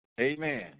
Amen